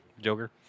joker